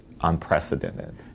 unprecedented